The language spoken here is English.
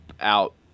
out